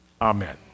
Amen